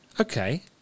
Okay